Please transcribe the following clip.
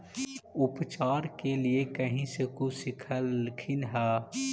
उपचार के लीये कहीं से कुछ सिखलखिन हा?